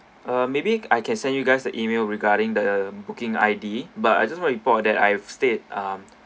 uh maybe I can send you guys an email regarding the booking I_D but I just want to report that I've stayed um